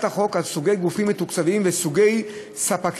החוק על סוגי גופים מתוקצבים וסוגי ספקים,